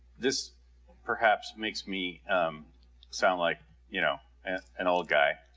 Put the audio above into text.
this perhaps makes me um sound like you know an old guy,